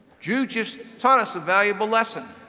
you just taught us a valuable lesson,